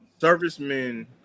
servicemen